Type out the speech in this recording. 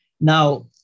Now